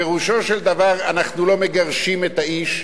פירושו של דבר, אנחנו לא מגרשים את האיש,